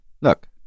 Look